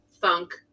funk